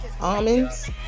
almonds